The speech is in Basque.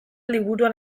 liburuan